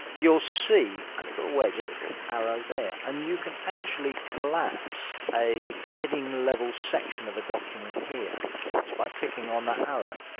you'll see a little wedge, a little arrow there, and you can actually collapse a heading level section of a document here just by clicking on that arrow,